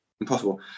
Impossible